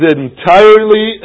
entirely